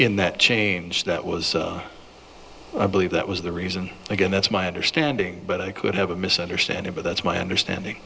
in that change that was i believe that was the reason again that's my understanding but i could have a misunderstanding but that's my understanding